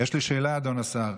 יש לי שאלה, אדוני השר.